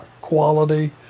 quality